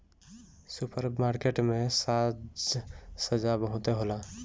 super market में साज सज्जा बहुते होला